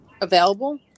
available